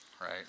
right